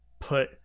put